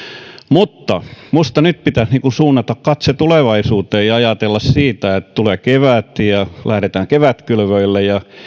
mutta minusta nyt pitäisi suunnata katse tulevaisuuteen ja ajatella sitä että tulee kevät ja lähdetään kevätkylvöille